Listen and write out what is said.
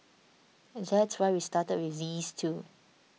that's why we started with these two